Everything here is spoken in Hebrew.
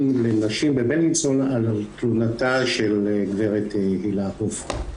לנשים בבילינסון על תלונתה של גברת הילה הופמן.